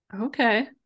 Okay